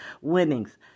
winnings